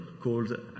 called